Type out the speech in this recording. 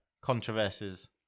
Controversies